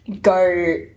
go